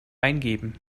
eingeben